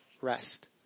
rest